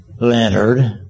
Leonard